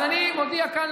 אז אני מודיע כאן,